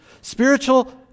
Spiritual